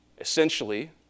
Essentially